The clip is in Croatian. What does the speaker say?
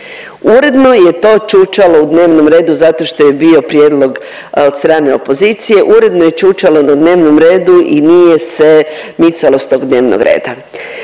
Uredno je to čučalo u dnevnom redu zato što je bio prijedlog od strane opozicije, uredno je čučalo na dnevnom redu i nije se micalo s tog dnevnog reda.